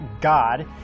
God